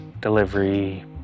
delivery